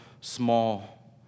small